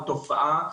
או תופעה,